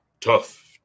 tough